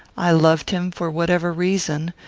i loved him, for whatever reason,